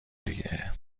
دیگه